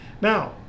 now